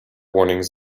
warnings